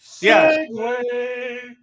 Yes